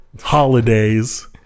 holidays